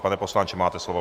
Pane poslanče, máte slovo.